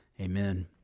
Amen